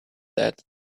that